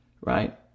right